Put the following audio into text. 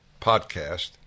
podcast